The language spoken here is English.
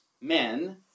men